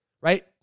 right